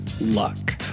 luck